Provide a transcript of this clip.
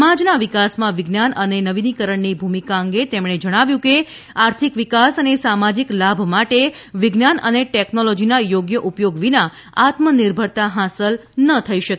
સમાજના વિકાસમાં વિજ્ઞાન અને નવીનીકરણની ભૂમિક અંગે તેમણે જણાવ્યું કે આર્થિક વિકાસ અને સામાજીક લાભ માટે વિજ્ઞાન અને ટેક્નોલોજીમાં યોગ્ય ઉપયોગ વિના આત્મનિર્ભરતા હાંસલ ન થઇ શકે